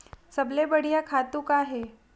सबले बढ़िया खातु का हे?